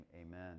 amen